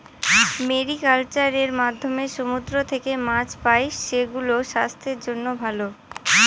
mariculture এর মাধ্যমে সমুদ্র থেকে মাছ পাই, সেগুলো স্বাস্থ্যের জন্য ভালো